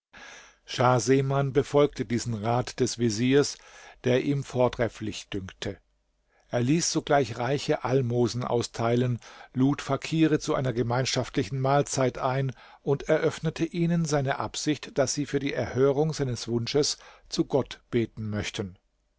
schah seman befolgte diesen rat des veziers der ihm vortrefflich dünkte er ließ sogleich reiche almosen austeilen lud fakire zu einer gemeinschaftlichen mahlzeit ein und eröffnete ihnen seine absicht daß sie für die erhörung seines wunsches zu gott beten möchten